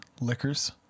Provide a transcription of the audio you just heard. liquors